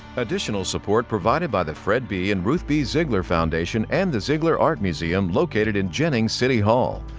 additional support provided by the fred b. and ruth b. ziegler foundation and the ziegler art museum located in jennings city hall.